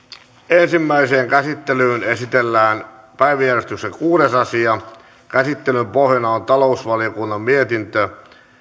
ensimmäiseen käsittelyyn esitellään päiväjärjestyksen kuudes asia käsittelyn pohjana on talousvaliokunnan mietintö